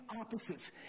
opposites